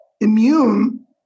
immune